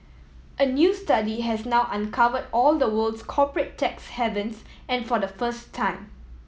a new study has now uncover all the world's corporate tax havens and for the first time